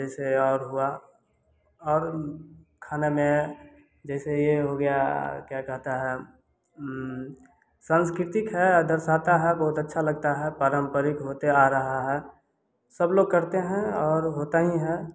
जैसे और हुआ और खाने में जैसे ये हो गया क्या कहता है सांस्कृतिक है दर्शाता है बहुत अच्छा लगता है पारंपरिक होते आ रहा है सब लोग करते हैं और होता ही है